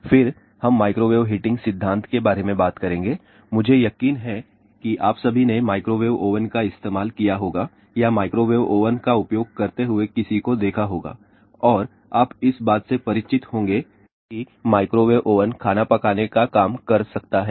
फिर हम microwave heating सिद्धांत के बारे में बात करेंगे मुझे यकीन है कि आप सभी ने माइक्रोवेव ओवन का इस्तेमाल किया होगा या माइक्रोवेव ओवन का उपयोग करते हुए किसी को देखा होगा और आप इस बात से परिचित होंगे कि माइक्रोवेव ओवन खाना पकाने का काम कर सकता है